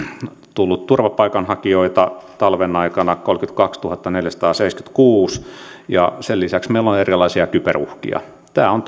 tullut turvapaikanhakijoita talven aikana kolmekymmentäkaksituhattaneljäsataaseitsemänkymmentäkuusi ja sen lisäksi meillä on erilaisia kyberuhkia tämä on